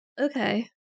okay